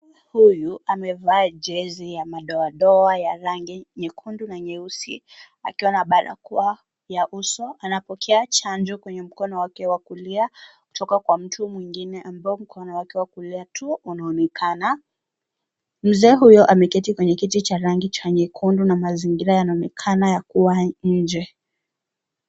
Huyu amevaa jezi ya madoa doa ya rangi nyekundu na nyeusi akiwa na barakoa ya uso. Anapokea chanjo kwenye mkono wake wa kulia kutoka kwa mtu mwengine ambao mkono wa kulia tu unaonekana. Mzee huyo ameketi kwenye kiti cha rangi nyekundu na mazingira yanaonekana ya kuwa nje.